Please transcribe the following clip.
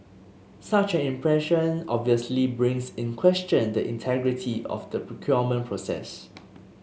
such an impression obviously brings in question the integrity of the procurement process